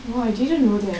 oh I didn't know that